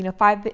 and five, but